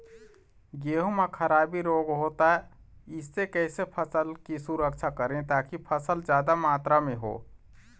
गेहूं म खराबी रोग होता इससे कैसे फसल की सुरक्षा करें ताकि फसल जादा मात्रा म हो?